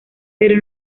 pero